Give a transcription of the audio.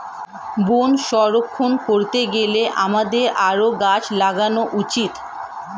বন সংরক্ষণ করতে গেলে আমাদের আরও গাছ লাগানো উচিত